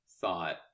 thought